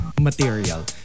material